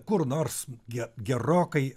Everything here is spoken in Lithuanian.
kur nors ge gerokai